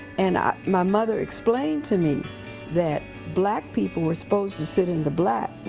and i, my mother explained to me that black people were supposed to sit in the black,